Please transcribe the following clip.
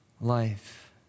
life